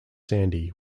sandy